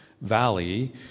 Valley